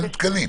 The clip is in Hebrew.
אין תקנים.